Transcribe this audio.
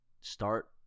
start